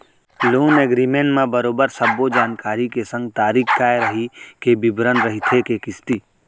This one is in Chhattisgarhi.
लोन एगरिमेंट म बरोबर सब्बो जानकारी के संग तारीख काय रइही के बिबरन रहिथे के किस्ती